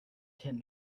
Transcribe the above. tin